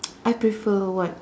I prefer what